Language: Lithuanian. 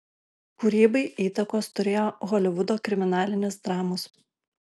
kūrybai įtakos turėjo holivudo kriminalinės dramos